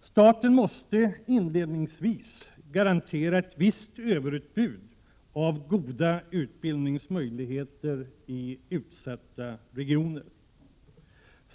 Staten måste inledningsvis garantera ett visst överutbud av goda utbildningsmöjligheter i utsatta regioner.